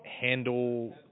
handle